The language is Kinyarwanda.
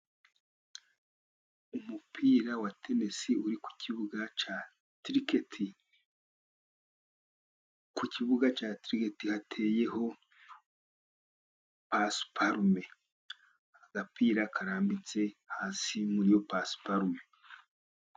Umupira wa tenisi uri ku kibuga cya kiriketi. Ku kibuga cya kiriketi hateyeho pasiparume, agapira karambitse hasi muri iyo pasiparume.